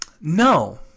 No